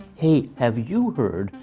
hey, have you heard?